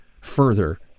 further